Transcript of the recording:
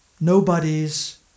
nobody's